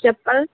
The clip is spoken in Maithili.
चप्पल